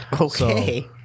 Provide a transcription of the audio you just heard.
Okay